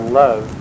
love